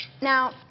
Now